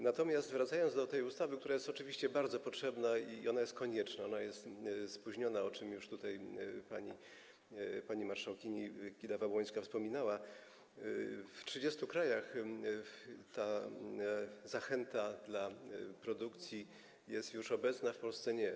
Natomiast wracając do tej ustawy, która jest oczywiście bardzo potrzebna i jest konieczna, choć jest spóźniona, o czym już tutaj pani marszałkini Kidawa-Błońska wspominała, w 30 krajach ta zachęta dla produkcji jest już obecna, w Polsce - nie.